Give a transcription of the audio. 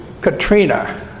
Katrina